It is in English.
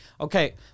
okay